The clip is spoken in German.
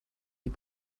die